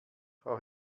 frau